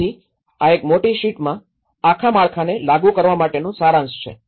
તેથી આ એક મોટી શીટમાં આખા માળખાને લાગુ કરવાનો માટેનો સારાંશ છે